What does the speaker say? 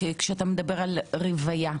כשאתה מדבר על רוויה?